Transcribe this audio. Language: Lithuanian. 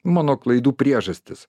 mano klaidų priežastis